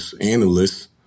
analysts